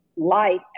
light